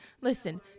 Listen